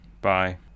bye